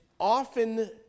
often